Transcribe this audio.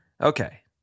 okay